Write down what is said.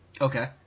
Okay